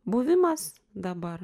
buvimas dabar